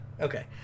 Okay